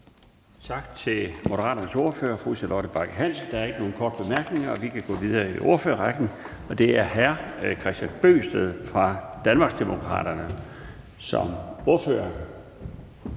Tak til Moderaternes ordfører, fru Charlotte Bagge Hansen. Der er ikke nogen korte bemærkninger. Vi kan gå videre i ordførerrækken. Det er hr. Kristian Bøgsted fra Danmarksdemokraterne som ordfører.